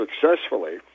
successfully